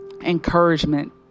encouragement